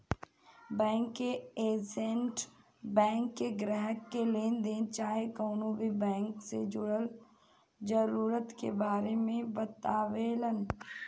bank के agent bank के ग्राहक के लेनदेन चाहे कवनो भी बैंक से जुड़ल जरूरत के बारे मे बतावेलन